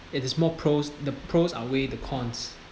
it is more pros the pros outweigh the cons